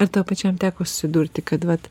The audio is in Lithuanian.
ar tau pačiam teko susidurti kad vat